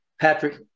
Patrick